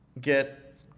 get